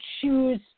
choose